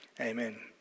amen